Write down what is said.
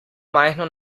majhno